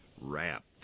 wrapped